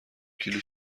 کیلو